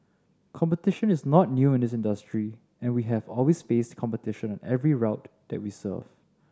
competition is not new in this industry and we have always faced competition on every route that we serve